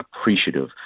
appreciative